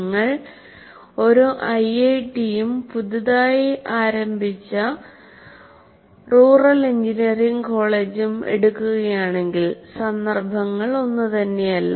നിങ്ങൾ ഒരു ഐഐടിയും പുതുതായി ആരംഭിച്ച റൂറൽ എഞ്ചിനീയറിംഗ് കോളേജും എടുക്കുകയാണെങ്കിൽ സന്ദർഭങ്ങൾ ഒന്നുതന്നെയല്ല